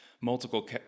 multiple